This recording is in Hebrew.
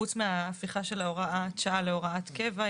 חוץ מההפיכה של הוראת השעה להוראת קבע,